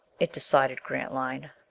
it decided grantline.